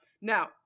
Now